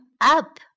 up